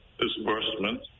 disbursement